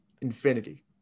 Infinity